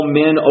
men